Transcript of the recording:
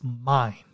mind